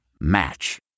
Match